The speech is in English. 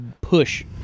push